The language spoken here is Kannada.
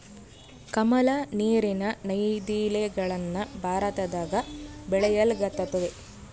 ಕಮಲ, ನೀರಿನ ನೈದಿಲೆಗಳನ್ನ ಭಾರತದಗ ಬೆಳೆಯಲ್ಗತತೆ